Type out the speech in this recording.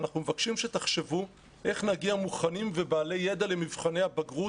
אנחנו מבקשים שתחשבו איך נגיע מוכנים ובעלי ידע למבחני הבגרות,